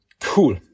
cool